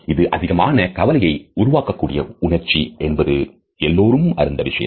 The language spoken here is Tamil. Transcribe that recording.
இது அதிகமான கவலையை உருவாக்கக்கூடிய உணர்ச்சி என்பது எல்லோரும் அறிந்த விஷயம்